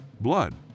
Blood